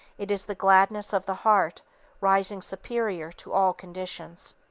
it is the gladness of the heart rising superior to all conditions.